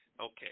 Okay